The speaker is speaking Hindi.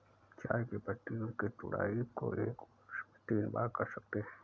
चाय की पत्तियों की तुड़ाई को एक वर्ष में तीन बार कर सकते है